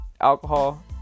alcohol